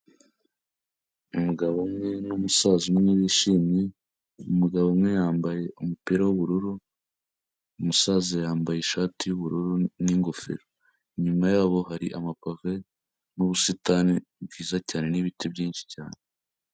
Umugabo umwe n'umusaza umwe wishimye, umugabo umwe yambaye umupira w'ubururu, umusaza yambaye ishati y'ubururu n'ingofero, inyuma yabo hari amapave n'ubusitani bwiza cyane n'ibiti byinshi cyane.